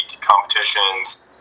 competitions